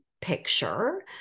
picture